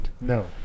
No